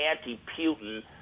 anti-putin